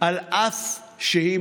אין